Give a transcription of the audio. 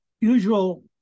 usual